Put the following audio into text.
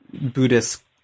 Buddhist